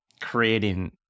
creating